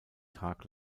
tag